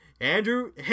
Andrew